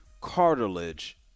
cartilage